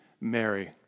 Mary